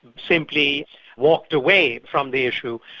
simply walked away from the issue,